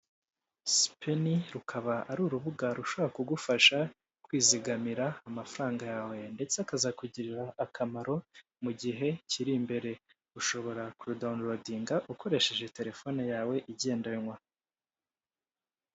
Sipeni rukaba ari urubuga rushobora kugufasha kwizigamira amafaranga yawe, ndetse akazakugirira akamaro mu gihe kiri imbere. Ushobora kurudawunirodinga, ukoresheje telefone yawe igendanwa.